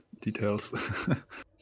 details